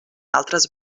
altres